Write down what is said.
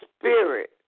spirit